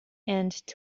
and